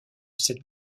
cette